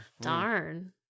darn